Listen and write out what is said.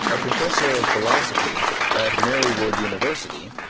a professor of philosophy at marywood university,